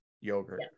yogurt